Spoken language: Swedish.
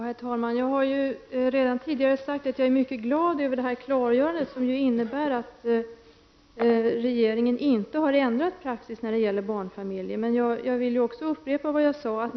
Herr talman! Jag har redan tidigare sagt att jag är mycket glad över invandrarministerns klargörande, som ju innebär att regeringen inte har ändrat praxis när det gäller barnfamiljer. Men jag vill också upprepa vad jag sade tidigare.